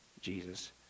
Jesus